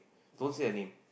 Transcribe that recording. don't say her name